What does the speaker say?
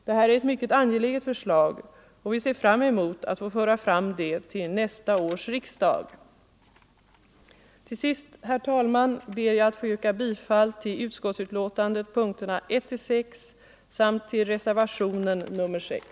Det här är ett mycket angeläget förslag, och vi ser fram emot att få föra fram det till nästa års riksdag. Till sist, herr talman, ber jag att få yrka bifall till punkterna 1-6 i utskottets hemställan samt till reservationen 6.